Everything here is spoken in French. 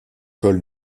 col